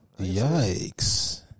Yikes